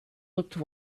looked